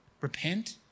repent